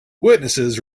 witnesses